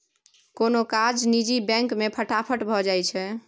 कोनो काज निजी बैंक मे फटाफट भए जाइ छै